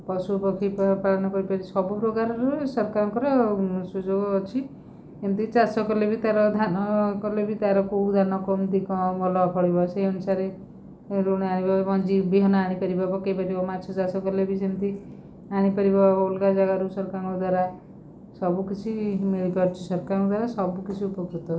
ଫଳ ସ୍ୱରୂପ କିପରି ପାଳନ ସବୁ ପ୍ରକାରରୁ ସରକାରଙ୍କର ସୁଯୋଗ ଅଛି ଏମିତି ଚାଷ କଲେ ବି ତା'ର ଧାନ କଲେ ବି ତା'ର କେଉଁ ଧାନ କେମିତି କ'ଣ ଭଲ ଫଳିବ ସେଇ ଅନୁସାରେ ଋଣ ଆଣିବା ମଞ୍ଜି ବିହନ ଆଣିପାରିବ ପକେଇପାରିବ ମାଛଚାଷ କଲେ ବି ସେମିତି ଆଣିପାରିବ ଅଲଗା ଜାଗାରୁ ସରକାରଙ୍କ ଦ୍ୱାରା ସବୁକିଛି ମିଳିପାରୁଛି ସରକାରଙ୍କ ଦ୍ୱାରା ସବୁକିଛି ଉପକୃତ